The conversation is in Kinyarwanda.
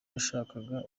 yashakaga